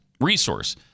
resource